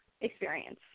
experience